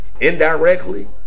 indirectly